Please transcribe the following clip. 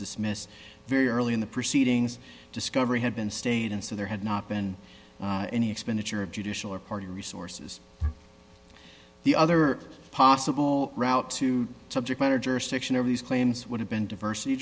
dismissed very early in the proceedings discovery had been stayed and so there had not been any expenditure of judicial or party resources the other possible route to subject matter jurisdiction of these claims would have been diversity